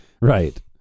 Right